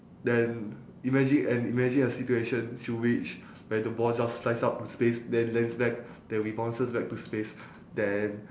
then imagine and imagine a situation to which where the ball just flies up to space then lands back then rebounds back to space then